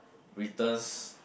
returns